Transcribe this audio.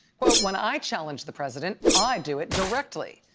quote, when i challenge the president i do it directly.